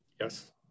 Yes